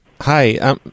Hi